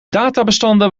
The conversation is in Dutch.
databestanden